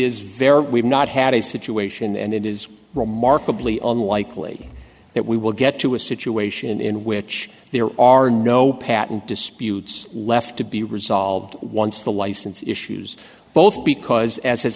very we've not had a situation and it is remarkably on likely that we will get to a situation in which there are no patent disputes left to be resolved once the license issues both because as has